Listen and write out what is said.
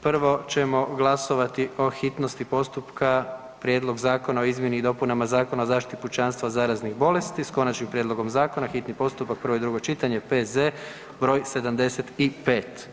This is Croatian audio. Prvo ćemo glasovati o hitnosti postupka Prijedlog zakona o izmjeni i dopunama Zakona o zaštiti pučanstva od zaraznih bolesti, s Konačnim prijedlogom Zakona, hitni postupak, prvo i drugo čitanje, P.Z. br. 75.